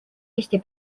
eesti